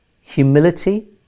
Humility